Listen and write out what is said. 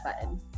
button